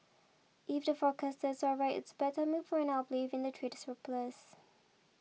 if the forecasters are right it's bad timing for an uplift in the trade surplus